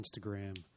Instagram